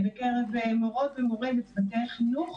בקרב מורים ומורות וצוותי חינוך,